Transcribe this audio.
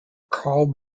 karl